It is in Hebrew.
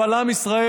אבל עם ישראל,